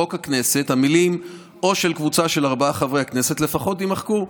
בחוק הכנסת המילים "או של קבוצה של ארבעה חברי הכנסת לפחות" יימחקו.